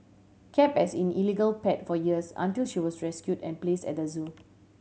kept as in illegal pet for years until she was rescued and placed at the zoo